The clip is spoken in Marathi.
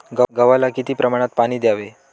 गव्हाला किती प्रमाणात पाणी द्यावे?